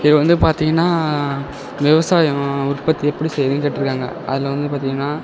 இப்போ வந்து பார்த்திங்கனா விவசாயம் உற்பத்தி எப்படி செய்யனுன்னு கேட்யிருக்காங்க அதில் வந்து பார்த்திங்கனா